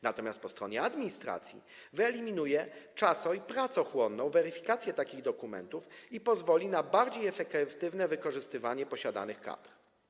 Natomiast po stronie administracji wyeliminuje czaso- i pracochłonną weryfikację takich dokumentów i pozwoli na bardziej efektywne wykorzystywanie posiadanych kadr.